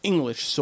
English